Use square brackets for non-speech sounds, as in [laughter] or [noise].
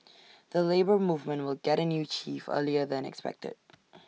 [noise] the Labour Movement will get A new chief earlier than expected